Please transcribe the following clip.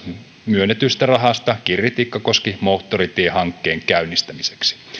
myönnetystä rahasta kirri tikkakoski moottoritiehankkeen käynnistämiseksi